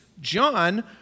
John